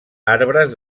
arbres